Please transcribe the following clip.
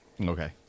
Okay